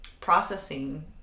processing